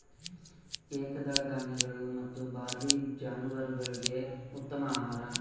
ಏಕದಳ ಧಾನ್ಯಗಳು ಮತ್ತು ಬಾರ್ಲಿ ಜಾನುವಾರುಗುಳ್ಗೆ ಉತ್ತಮ ಆಹಾರ